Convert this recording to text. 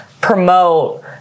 promote